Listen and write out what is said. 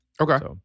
Okay